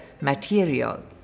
material